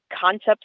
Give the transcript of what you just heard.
concepts